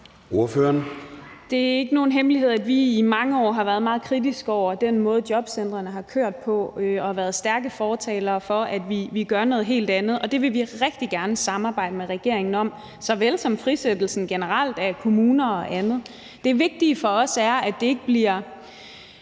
Det er ikke nogen hemmelighed, at vi i mange år har været meget kritisk over for den måde, jobcentrene har kørt på, og at vi har været stærke fortalere for, at man gør noget helt andet, og det vil vi rigtig gerne samarbejde med regeringen om, såvel som frisættelsen generelt af kommuner og andet. Det vigtige for os er, at det ikke bliver